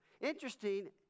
Interesting